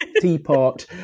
teapot